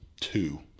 two